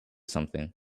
something